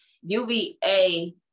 uva